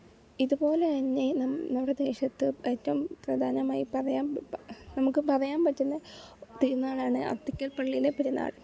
ഇതുപോലെ തന്നെ നമ്മുടെ ദേശത്ത് ഏറ്റവും പ്രധാനമായി പറയാൻ നമുക്ക് പറയാൻ പറ്റുന്ന തിരുനാളാണ് അർത്തിങ്കൽ പള്ളിയിലെ പെരുന്നാൾ